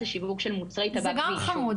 השיווק של מוצרי טבק --- זה גם חמוד,